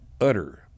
utter